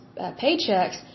paychecks